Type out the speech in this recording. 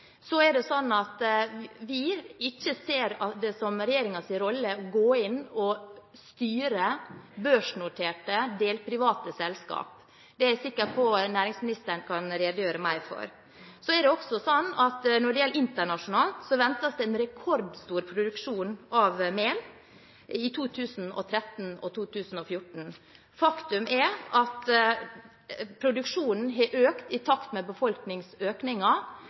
Så er det sånn at vi ikke ser det som regjeringens rolle å gå inn og styre børsnoterte, delprivate selskaper. Det er jeg sikker på at næringsministeren kan redegjøre mer for. Så er det også sånn at det internasjonalt ventes en rekordstor produksjon av mel i 2013 og 2014. Faktum er at produksjonen har økt i takt med